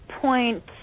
point